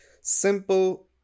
simple